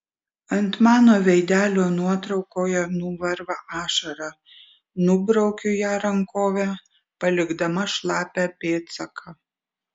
ant mano veidelio nuotraukoje nuvarva ašara nubraukiu ją rankove palikdama šlapią pėdsaką